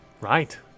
Right